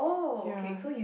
ya